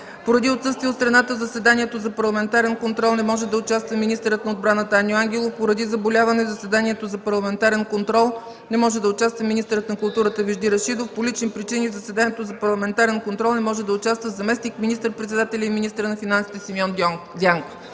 Поради отсъствие от страната, в заседанието за парламентарен контрол не може да участва министърът на отбраната Аню Ангелов. Поради заболяване, в заседанието за парламентарен контрол не може да участва министърът на културата Вежди Рашидов. По лични причини, в заседанието за парламентарен контрол не може да участва заместник министър-председателят и министър на финансите Симеон Дянков.